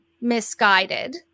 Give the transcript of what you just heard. misguided